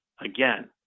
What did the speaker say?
again